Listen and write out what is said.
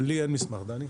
לי אין מסמך, דני?